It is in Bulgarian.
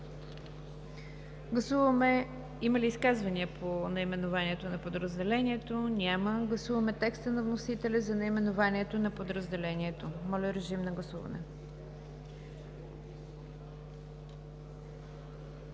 ДЖАФЕР: Има ли изказвания по наименованието на подразделението? Няма. Гласуваме текста на вносителя за наименованието на подразделението. Гласували